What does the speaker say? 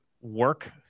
work